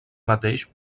mateix